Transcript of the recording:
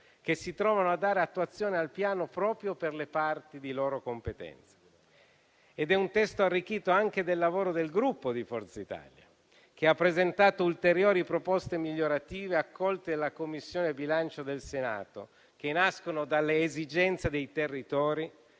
che si trovano a dare attuazione al Piano per le parti di loro competenza. È un testo arricchito anche del lavoro del Gruppo Forza Italia, che ha presentato ulteriori proposte migliorative, accolte dalla Commissione bilancio del Senato, che nascono dalle esigenze dei territori